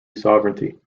sovereignty